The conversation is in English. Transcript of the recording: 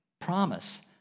promise